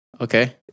Okay